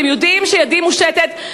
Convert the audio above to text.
אתם יודעים שידי מושטת,